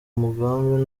mugambi